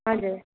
हजुर